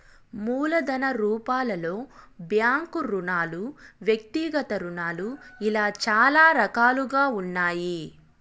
మూలధన రూపాలలో బ్యాంకు రుణాలు వ్యక్తిగత రుణాలు ఇలా చాలా రకాలుగా ఉన్నాయి